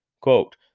Quote